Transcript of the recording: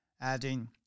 adding